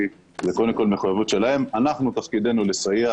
תפקידנו לסייע